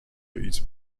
eat